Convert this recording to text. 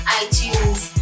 iTunes